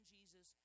Jesus